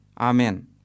Amen